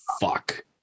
fuck